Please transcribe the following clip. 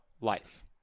life